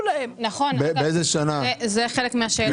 זה חלק מן השאלה.